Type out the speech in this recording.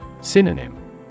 Synonym